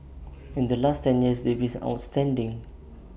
in the last ten years they've been outstanding